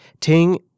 Ting